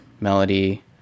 melody